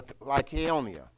Lycaonia